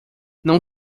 não